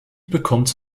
bekommt